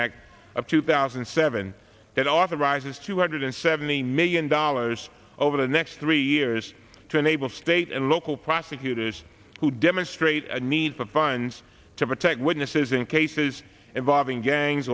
act of two thousand and seven that authorizes two hundred seventy million dollars over the next three years to enable state and local prosecutors who demonstrate a need for funds to protect witnesses in cases involving gangs